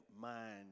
mind